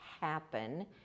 happen